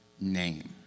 name